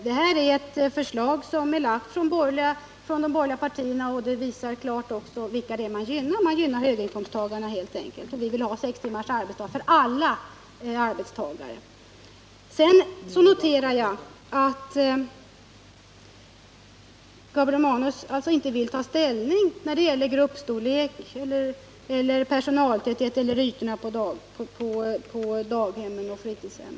Detta är ett förslag som är framlagt av de borgerliga partierna, och det visar klart vilka man vill gynna. Det är helt enkelt höginkomsttagarna. Vi vill ha sex timmars arbetsdag för alla arbetstagare. Jag noterar att Gabriel Romanus inte vill ta ställning när det gäller gruppstorlek, personaltäthet och ytorna på daghem och fritidshem.